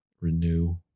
renew